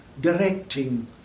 directing